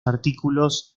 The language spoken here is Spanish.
artículos